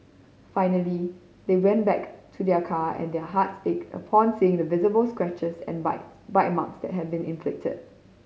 finally they went back to their car and their hearts ached upon seeing the visible scratches and bites bite marks that had been inflicted